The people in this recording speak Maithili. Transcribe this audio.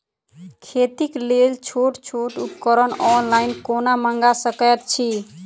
खेतीक लेल छोट छोट उपकरण ऑनलाइन कोना मंगा सकैत छी?